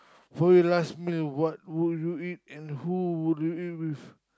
for your last meal what will you eat and who will you eat with